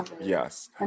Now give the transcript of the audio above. yes